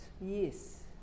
Yes